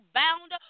bound